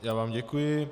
Já vám děkuji.